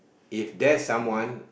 if there's someone